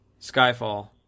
Skyfall